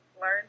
learn